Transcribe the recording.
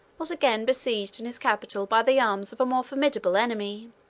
was again besieged in his capital by the arms of a more formidable enemy.